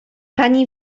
pani